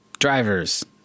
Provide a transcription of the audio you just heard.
Drivers